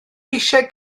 eisiau